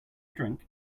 drink